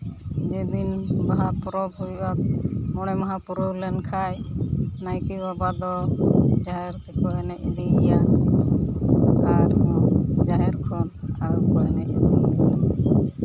ᱡᱮᱫᱤᱱ ᱵᱟᱦᱟ ᱯᱚᱨᱚᱵᱽ ᱦᱩᱭᱩᱜᱼᱟ ᱢᱚᱬᱮ ᱢᱟᱦᱟ ᱯᱩᱨᱟᱹᱣ ᱞᱮᱱᱠᱷᱟᱱ ᱱᱟᱭᱠᱮ ᱵᱟᱵᱟ ᱫᱚ ᱡᱟᱦᱮᱨ ᱛᱮᱠᱚ ᱮᱱᱮᱡ ᱤᱫᱤᱭᱮᱭᱟ ᱟᱨ ᱡᱟᱦᱮᱨ ᱠᱷᱚᱱ ᱟᱨᱠᱚ ᱮᱱᱮᱡ ᱟᱹᱜᱩᱭᱮᱭᱟ